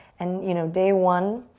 and you know day one,